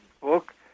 book